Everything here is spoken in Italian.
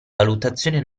valutazione